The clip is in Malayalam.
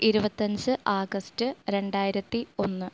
ഇരുപത്തഞ്ച് ആഗസ്റ്റ് രണ്ടായിരത്തി ഒന്ന്